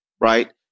right